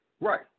Right